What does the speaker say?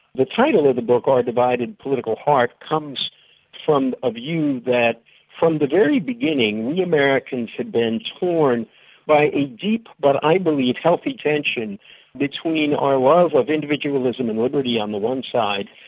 the title of the book our divided political heart comes from a view that from the very beginning we americans had been torn by a deep, but i believe healthy, tension between our love of individualism and liberty on the one side,